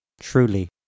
truly